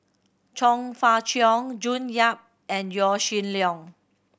Chong Fah Cheong June Yap and Yaw Shin Leong